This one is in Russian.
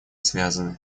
связаны